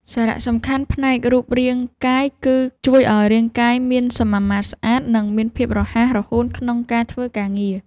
សារៈសំខាន់ផ្នែករូបរាងកាយ គឺជួយឱ្យរាងកាយមានសមាមាត្រស្អាត និងមានភាពរហ័សរហួនក្នុងការធ្វើការងារ។